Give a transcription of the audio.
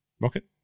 Rocket